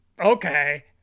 okay